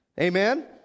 Amen